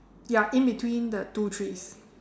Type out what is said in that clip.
ya in between the two trees